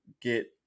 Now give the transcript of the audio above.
get